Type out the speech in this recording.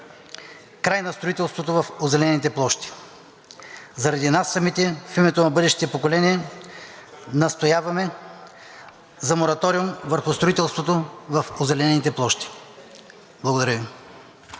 Край на строителството в озеленените площи! Заради нас самите, в името на бъдещите поколения настояваме за мораториум върху строителството в озеленените площи. Благодаря Ви.